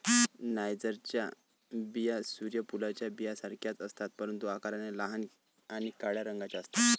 नायजरच्या बिया सूर्य फुलाच्या बियांसारख्याच असतात, परंतु आकाराने लहान आणि काळ्या रंगाच्या असतात